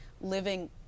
living